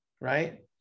Right